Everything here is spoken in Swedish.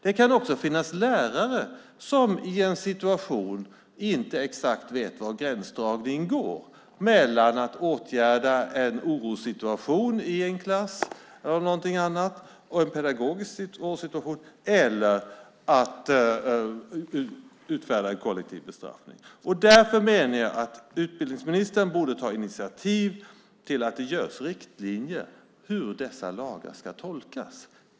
Det kan också finnas lärare som i en situation inte exakt vet var gränsen går mellan att åtgärda en orossituation i en klass eller en pedagogisk situation eller någonting annat och att utfärda en kollektiv bestraffning. Därför menar jag att utbildningsministern borde ta initiativ till att det görs riktlinjer i fråga om hur dessa lagar ska tolkas.